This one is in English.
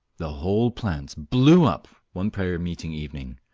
the whole plant blew up one prayer meeting evening.